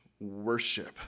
worship